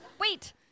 wait